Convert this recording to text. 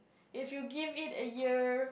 if you give it a year